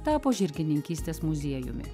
tapo žirgininkystės muziejumi